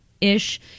ish